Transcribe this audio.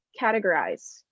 categorize